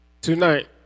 tonight